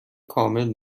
کامل